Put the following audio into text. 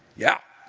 yeah,